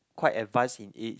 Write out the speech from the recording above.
quite advance in age